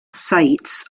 sites